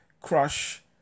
Crush